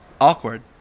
Awkward